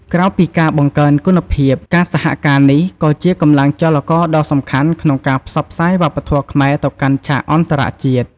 ក្រៅពីការបង្កើនគុណភាព ការសហការនេះក៏ជាកម្លាំងចលករដ៏សំខាន់ក្នុងការ ផ្សព្វផ្សាយវប្បធម៌ខ្មែរទៅកាន់ឆាកអន្តរជាតិ។